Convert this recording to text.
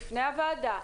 בפני הוועדה,